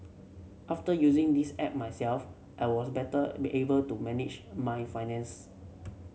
after using this app myself I was better be able to manage my finance